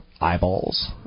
eyeballs